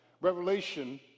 Revelation